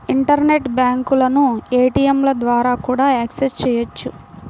internet బ్యాంకులను ఏటీయంల ద్వారా కూడా యాక్సెస్ చెయ్యొచ్చు